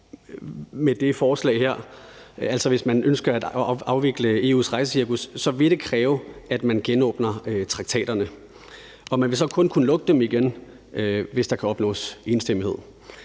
hvis man ønsker at afvikle EU's rejsecirkus, kræve, at man genåbner traktaterne, og man vil så kun kunne lukke dem igen, hvis der kan opnås enstemmighed.